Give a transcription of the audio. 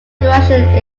direction